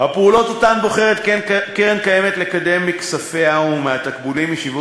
הפעולות שבוחרת הקרן הקיימת לקדם מכספיה ומהתקבולים משיווק